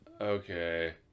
Okay